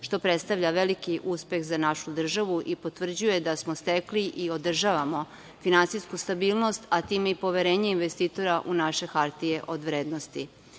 što predstavlja veliki uspeh za našu državu i potvrđuje da smo stekli i održavamo finansijsku stabilnost, a time i poverenje investitora u naše hartije od vrednosti. Podsećam